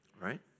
right